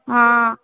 हाँ